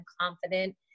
confident